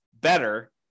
better